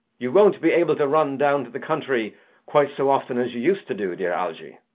you won't be able to run down to the country quite so often as you used to do, dear algy.